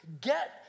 get